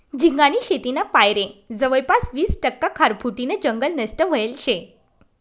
झिंगानी शेतीना पायरे जवयपास वीस टक्का खारफुटीनं जंगल नष्ट व्हयेल शे